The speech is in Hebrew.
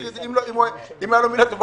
כי אם הייתה לו מילה טובה,